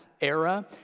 era